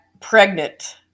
pregnant